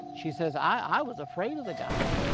she says, i was afraid of the guy.